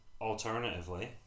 Alternatively